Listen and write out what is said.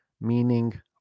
meaning